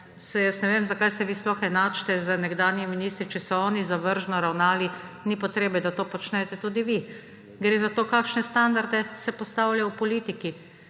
saj jaz ne vem, zakaj se vi sploh enačite z nekdanjimi ministri, če so oni zavržno ravnali, ni potrebe, da to počnete tudi vi; gre za to, kakšne standarde se postavlja v politiki.